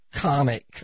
comic